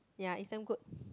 ya is damn good